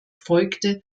folgte